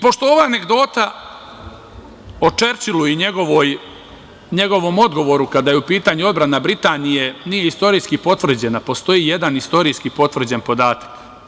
Pošto ova anegdota u Čerčilu i njegovom odgovoru, kada je u pitanju odbrana Britanije, nije istorijski potvrđena, postoji jedan istorijski potvrđen podatak.